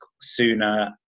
sooner